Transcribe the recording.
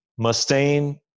Mustaine